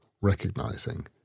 recognizing